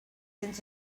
cents